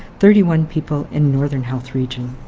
thirty one people in northern health region.